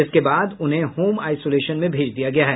इसके बाद उन्हें होम आइसोलेशन में भेज दिया गया है